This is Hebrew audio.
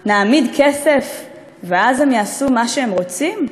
נעמיד כסף ואז הם יעשו מה שהם רוצים?